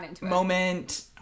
moment-